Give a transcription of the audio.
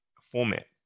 format